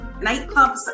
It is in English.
Nightclubs